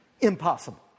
impossible